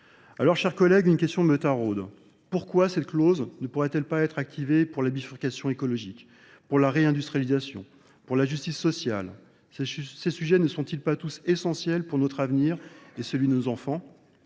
Alors, chers collègues, une question meute à rôde. Pourquoi cette clause ne pourrait-elle pas être activée pour la bifurcation écologique, pour la réindustrialisation, pour la justice sociale ? Ces sujets ne sont-ils pas tous essentiels pour notre avenir et celui de nos enfants ?